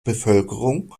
bevölkerung